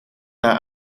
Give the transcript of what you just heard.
naar